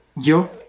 Yo